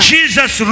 Jesus